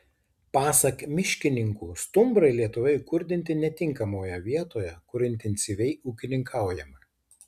pasak miškininkų stumbrai lietuvoje įkurdinti netinkamoje vietoje kur intensyviai ūkininkaujama